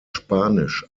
spanisch